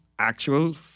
actual